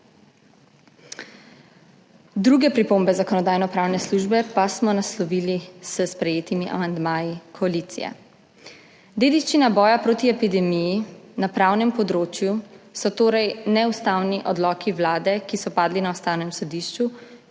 Druge pripombe Zakonodajno-pravne službe pa smo naslovili s sprejetimi amandmaji koalicije. Dediščina boja proti epidemiji na pravnem področju so torej neustavni odloki Vlade, ki so padli na Ustavnem sodišču,